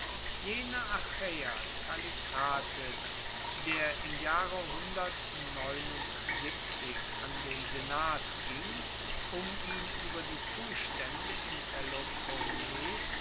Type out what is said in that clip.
jener achaeer kallikrates der im jahre an den senat ging um ihn ueber die zustaende im peloponnes